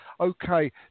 Okay